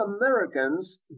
Americans